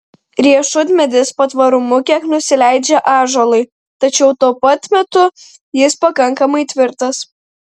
riešutmedis patvarumu kiek nusileidžia ąžuolui tačiau tuo pat metu jis pakankamai tvirtas